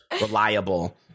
Reliable